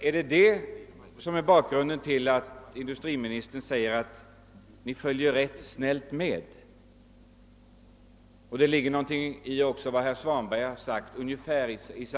Är det det som är bakgrunden till att industriministern säger att »ni följer rätt snällt med»? Herr Svanberg sade också något liknande. Nej, det är det inte.